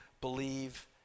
believe